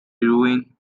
ruin